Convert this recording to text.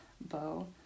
bow